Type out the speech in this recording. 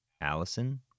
Allison